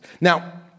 Now